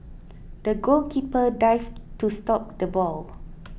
the goalkeeper dived to stop the ball